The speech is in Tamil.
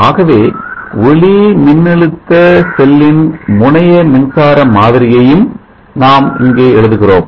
ஆகவே ஒளிமின்னழுத்த செல்லின் முனைய மின்சார மாதிரியையும் நாம் இங்கே எழுதுகிறோம்